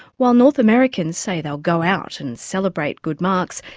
while north americans say they'll go out and celebrate good marks,